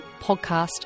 Podcast